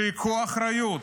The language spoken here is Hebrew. שייקחו אחריות.